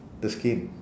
the skin